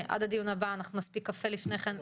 עד הדיון הבא אנחנו נספיק קפה לפני כן.